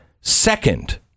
second